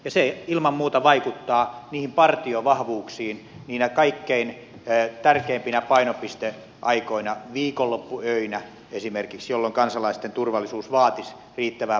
se ilman muuta vaikuttaa niihin partiovahvuuksiin niinä kaikkein tärkeimpinä painopisteaikoina viikonloppuöinä esimerkiksi jolloin kansalaisten turvallisuus vaatisi riittävää partiovahvuutta